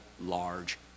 large